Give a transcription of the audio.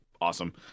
awesome